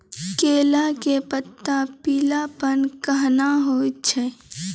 केला के पत्ता पीलापन कहना हो छै?